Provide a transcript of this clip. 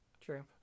True